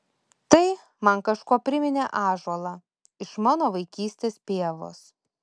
tai man kažkuo priminė ąžuolą iš mano vaikystės pievos